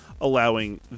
allowing